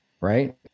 Right